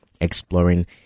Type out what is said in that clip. exploring